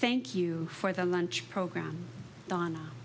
thank you for the lunch program donna